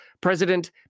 President